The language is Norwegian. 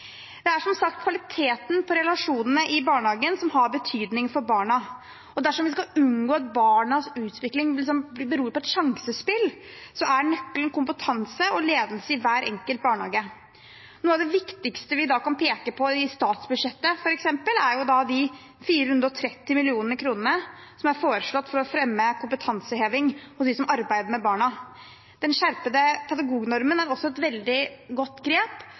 Det er som sagt kvaliteten på relasjonene i barnehagen som har betydning for barna. Dersom vi skal unngå at barnas utvikling beror på et sjansespill, er nøkkelen kompetanse og ledelse i hver enkelt barnehage. Noe av det viktigste vi da kan peke på i statsbudsjettet, f.eks., er de 430 mill. kr som er foreslått for å fremme kompetanseheving hos dem som arbeider med barna. Den skjerpede pedagognormen er også et veldig godt grep